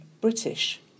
British